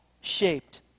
shaped